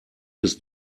bis